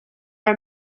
are